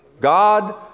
God